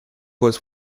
was